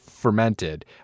fermented